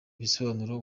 bisobanuro